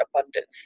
abundance